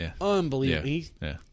unbelievable –